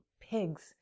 pigs